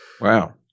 Wow